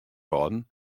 hâlden